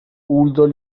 uldor